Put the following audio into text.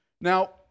Now